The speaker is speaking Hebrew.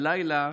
הלילה